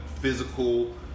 physical